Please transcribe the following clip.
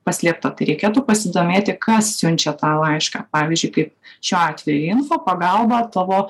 paslėpta tai reikėtų pasidomėti kas siunčia tą laišką pavyzdžiui kai šiuo atveju info pagalba tavo